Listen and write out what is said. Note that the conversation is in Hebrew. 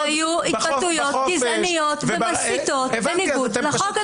היו התבטאויות גזעניות ומסיתות בניגוד לחוק,